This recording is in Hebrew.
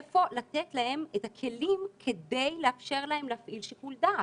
איפה לתת להם את הכלים כדי לאפשר להם להפעיל שיקול דעת?